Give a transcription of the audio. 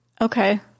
Okay